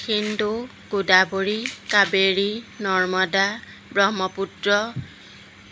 Sindhu Godavari Kaveri Narmada Brahmaputra